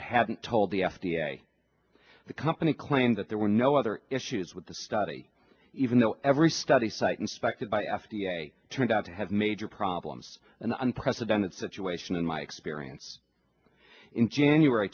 haven't told the f d a the company claims that there were no other issues with the study even though every study site inspected by f d a turned out to have major problems an unprecedented situation in my experience in january